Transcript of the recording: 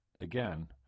again